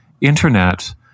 internet